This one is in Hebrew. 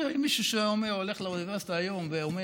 אני אומר שאם מישהו היה הולך לאוניברסיטה ואומר